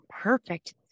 perfect